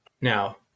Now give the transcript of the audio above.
Now